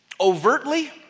overtly